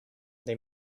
they